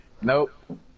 Nope